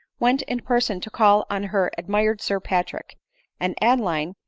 went in person to call on her admired sir pa trick and adeline,